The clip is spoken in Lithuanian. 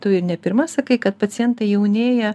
tu i ne pirma sakai kad pacientai jaunėja